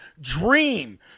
dream